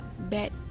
bad